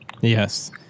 Yes